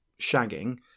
shagging